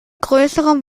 größere